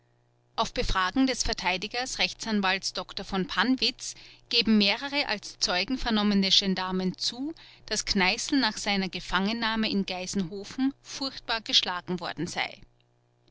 auf befragen des vert r a dr v pannwitz geben mehrere als zeugen vernommene gendarmen zu daß kneißl nach seiner gefangennahme in geisenhofen furchtbar geschlagen worden sei